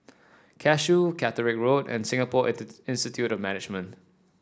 Cashew Catterick Road and Singapore Institute of Management